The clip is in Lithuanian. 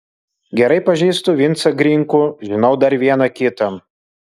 gerai pažįstu vincą grinkų žinau dar vieną kitą